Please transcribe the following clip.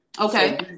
Okay